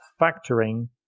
factoring